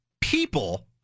people